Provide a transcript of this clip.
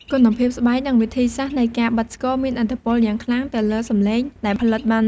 គុណភាពស្បែក និងវិធីសាស្ត្រនៃការបិតស្គរមានឥទ្ធិពលយ៉ាងខ្លាំងទៅលើសំឡេងដែលផលិតបាន។